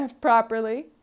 properly